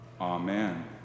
Amen